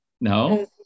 No